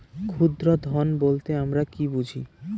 ক্ষুদ্র ঋণ বলতে আমরা কি বুঝি?